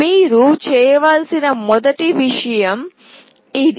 మీరు చేయవలసిన మొదటి విషయం ఇది